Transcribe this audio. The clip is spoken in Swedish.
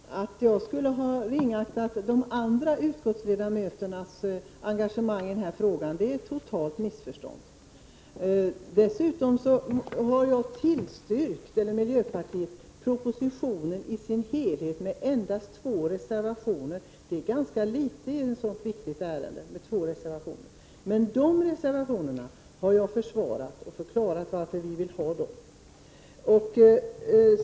Fru talman! Att jag skulle ringakta de andra riksdagsledamöternas engagemang i denna fråga är totalt missförstånd. Dessutom har miljöpartiet endast två reservationer och i övrigt har tillstyrkt propositionen. Det är ganska litet med två reservationer i ett sådant här viktigt ärende. Men dessa reservationer har jag försvarat och förklarat varför vi har dem.